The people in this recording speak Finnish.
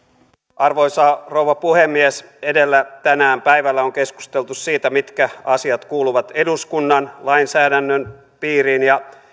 arvoisa rouva puhemies edellä tänään päivällä on keskusteltu siitä mitkä asiat kuuluvat eduskunnan lainsäädännön piiriin ja